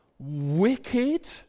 wicked